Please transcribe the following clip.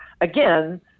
again